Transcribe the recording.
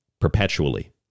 perpetually